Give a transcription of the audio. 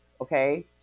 okay